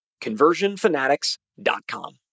conversionfanatics.com